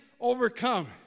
overcome